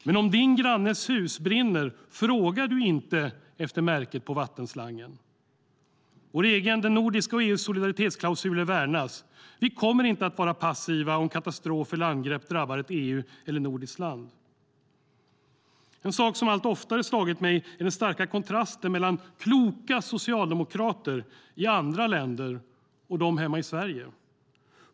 Men om din grannes hus brinner frågar du inte efter märket på vattenslangen. Vår egen, den nordiska och EU:s solidaritetsklausul värnas, och vi kommer inte att vara passiva om katastrof eller angrepp drabbar ett EU-land eller ett nordiskt land. En sak som allt oftare har slagit mig är den starka kontrasten mellan kloka socialdemokrater i andra länder och socialdemokrater hemma i Sverige.